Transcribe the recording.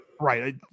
Right